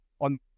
on